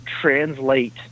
translate